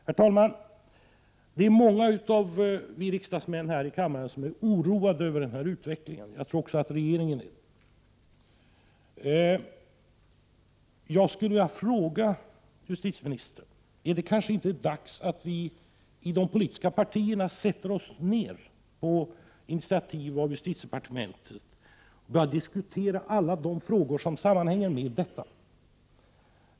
17 januari 1989 Det är många av oss riksdagsmän som är oroade över denna utveckling, och jag tror att också regeringen är oroad. Jag vill fråga justitieministern: Är det inte dags att vi i de politiska partierna på initiativ från justitiedepartementet sätter oss ned och börjar diskutera alla de frågor som sammanhänger med detta?